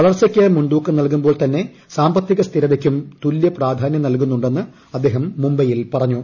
വളർച്ചയ്ക്ക് മുൻതൂക്കം നൽകുമ്പോൾ തന്നെ സാമ്പത്തിക സ്ഥിരതയ്ക്കും തുല്യ പ്രാധാനൃം നൽകുന്നുണ്ടെന്ന് അദ്ദേഹം മുംബൈയിൽ പറഞ്ഞു